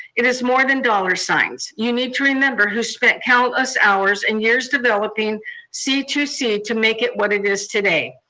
it is more than dollar signs. you need to remember who spent countless hours and years developing c two c to make it what it is today.